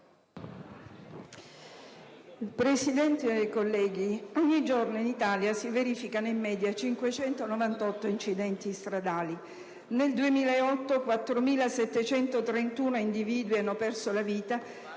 Presidente, onorevoli colleghi, ogni giorno in Italia si verificano in media 598 incidenti stradali. Nel 2008 4.731 individui hanno perso la vita